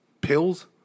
pills